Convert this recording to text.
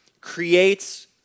creates